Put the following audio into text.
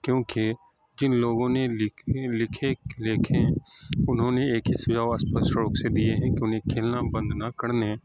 کیوںکہ کن لوگوں نے لکھے لکھے لکھیں انہوں نے ایک ہی سجھاؤ اسپشٹ روپ سے دیے ہیں کہ انہیں کھیلنا بند نہ کرنے